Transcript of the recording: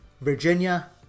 Virginia